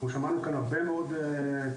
אנחנו שמענו כאן הרבה מאוד נציגים,